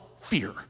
fear